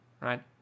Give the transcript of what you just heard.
right